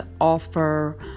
offer